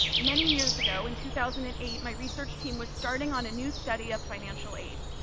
many years ago in two thousand and eight my research team was starting on a new study of financial aid.